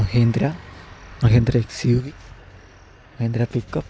Mahendra Mahindra X U V Mahindra pickup